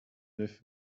neuf